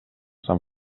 sant